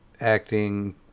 acting